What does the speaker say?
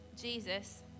Jesus